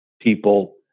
people